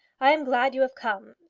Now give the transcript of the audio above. i am glad you have come,